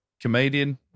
comedian